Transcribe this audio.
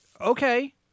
okay